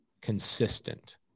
consistent